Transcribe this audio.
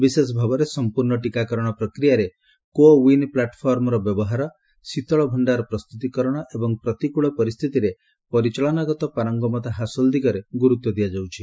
ବିଶେଷ ଭାବରେ ସମ୍ପର୍ଣ୍ଣ ଟୀକାକରଣ ପ୍ରକ୍ରିୟାରେ କୋ ୱିନ୍ ପ୍ଲାଟଫର୍ମର ବ୍ୟବହାର ଶୀତଳଭଣ୍ଡାର ପ୍ରସ୍ତୁତିକରଣ ଏବଂ ପ୍ରତିକୃଳ ପରିସ୍ଥିତିରେ ପରିଚାଳନାଗତ ପାରଙ୍ଗମତା ହାସଲ ଦିଗରେ ଗୁରୁତ୍ୱ ଦିଆଯାଉଛି